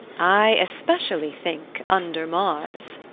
i especially think, under mars.